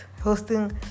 hosting